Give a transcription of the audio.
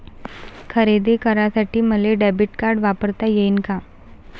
खरेदी करासाठी मले डेबिट कार्ड वापरता येईन का?